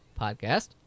podcast